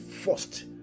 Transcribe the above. first